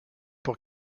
pour